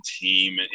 team